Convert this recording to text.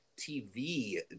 TV